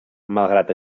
malgrat